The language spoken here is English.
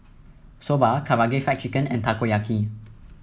Soba Karaage Fried Chicken and Takoyaki